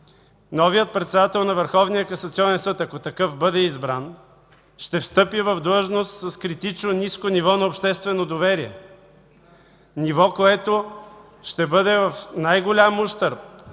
Върховния касационен съд, ако такъв бъде избран, ще встъпи в длъжност с критично ниско ниво на обществено доверие – ниво, което ще бъде в най-голям ущърб